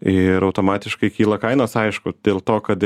ir automatiškai kyla kainos aišku dėl to kad